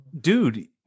dude